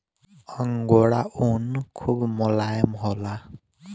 angora ऊन खूब मोलायम होला